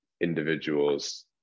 individuals